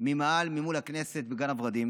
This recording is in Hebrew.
ממאהל מול הכנסת בגן הוורדים